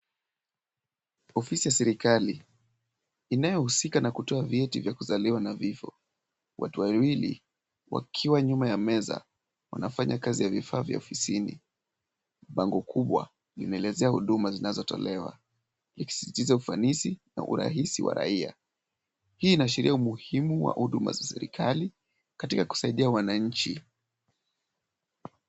Ofisi ya serikali, inayohusika na kutoa vyeti vya kuzaliwa na vifo. Watu wawili wakiwa nyuma ya meza, wanafanya kazi ya vifaa vya ofisini. Bango kubwa linaelezea huduma zinazotolewa zisizo za ufanisi na urahisi wa raia. Hii inaashiria umuhimu wa huduma za serikali katika kusaidia wananchi.